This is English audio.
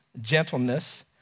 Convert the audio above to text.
gentleness